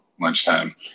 lunchtime